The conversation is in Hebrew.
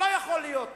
לא יכול להיות.